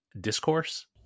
discourse